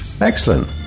Excellent